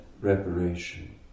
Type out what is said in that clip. reparation